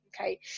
Okay